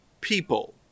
people